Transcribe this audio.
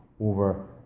over